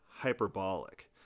hyperbolic